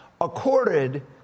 accorded